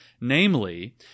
Namely